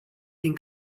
din